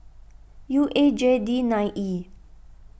U A J D nine E